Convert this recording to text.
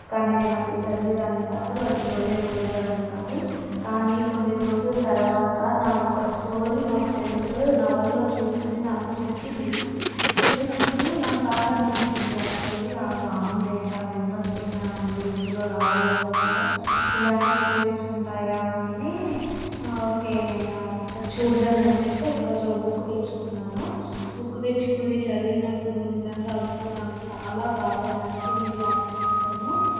కానీ నేను అసలు చదివేదాన్ని కాదు వాటి జోలే పోయేదాన్ని కాదు కానీ కొన్ని రోజుల తర్వాత నాకు ఒక స్టోరీ మా ఫ్రెండ్ నవల్లో చూసింది నాకు చెప్పింది చెప్పినప్పుడు నాకు బాగా అనిపించింది ఆ స్టోరీ బావుందే చాలా ఇంట్రెస్టింగ్గా ఉంది ఇందులో నవలలో కూడా ఇలాంటి స్టోరీస్ ఉంటాయా అని ఓకే నేను ఒకసారి చూద్దామని చెప్పి ఒక రోజు ఒక బుక్ తెచ్చుకున్నాను బుక్ తెచ్చుకుని చదివినప్పుడు నిజంగా ఆ బుక్ నాకు చాలా బాగా నచ్చింది ఆ పుస్తకము